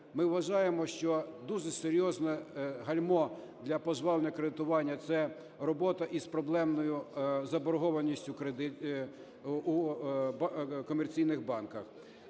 Ми вважаємо, що дуже серйозне гальмо для пожвавлення кредитування – це робота із проблемною заборгованістю в комерційних банках.